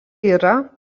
yra